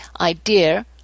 idea